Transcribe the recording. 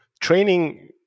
Training